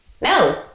no